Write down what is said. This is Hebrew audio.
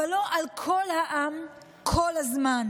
אבל לא על כל העם כל הזמן.